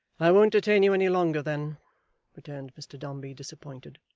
i won't detain you any longer then returned mr dombey, disappointed.